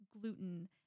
gluten